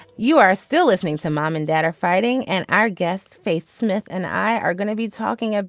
you are still listening to mom and dad are fighting and our guests faith smith and i are gonna be talking ah